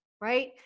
right